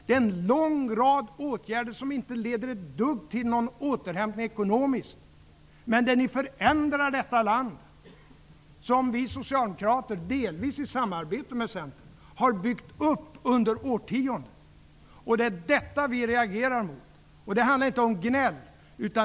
Det är en lång rad åtgärder som inte leder ett dugg till någon ekonomisk återhämtning, men som förändrar detta land som vi socialdemokrater, delvis i samarbete med Centern, har byggt upp under årtionden. Det är detta vi reagerar mot. Det handlar inte om gnäll.